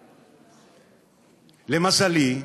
למזלי,